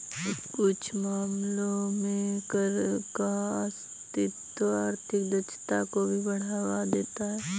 कुछ मामलों में कर का अस्तित्व आर्थिक दक्षता को भी बढ़ावा देता है